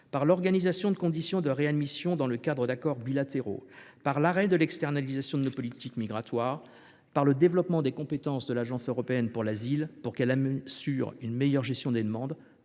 l’organisation de conditions de réadmission dans le cadre d’accords bilatéraux et l’arrêt de l’externalisation de nos politiques migratoires. Nous appelons au développement des compétences de l’Agence de l’Union européenne pour l’asile (AUEA), afin qu’elle assure une meilleure gestion des demandes,